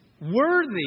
worthy